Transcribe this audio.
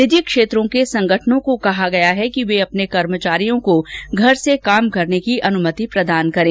निजी क्षेत्रों के संगठनों को कहा गया है कि वे अपने कर्मचारियों को घर से काम करने की अनुमति प्रदान करें